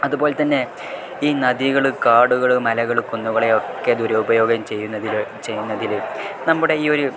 അതുപോലെത്തന്നെ ഈ നദികൾ കാടുകൾ മലകൾ കുന്നുകളെയൊക്കെ ദുരുപയോഗം ചെയ്യുന്നതിൽ ചെയ്യുന്നതിൽ നമ്മുടെ ഈ ഒരു